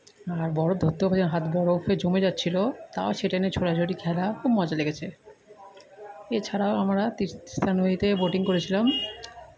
আর বরফ ধরতে হবে হাত বরফে জমে যাচ্ছিলো তাও সেটা নিয়ে ছোঁড়াছুঁড়ি খেলা খুব মজা লেগেছে এছাড়াও আমরা তিস তিস্তা নদীতে বোটিং করেছিলাম